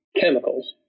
chemicals